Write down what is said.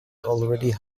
already